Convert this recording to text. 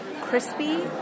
crispy